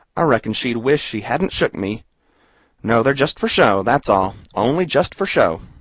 i reckon she'd wish she hadn't shook me no, they're just for show, that's all only just for show.